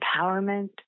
empowerment